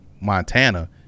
Montana